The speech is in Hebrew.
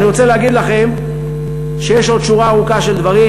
ואני רוצה להגיד לכם שיש עוד שורה ארוכה של דברים,